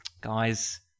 Guys